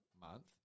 month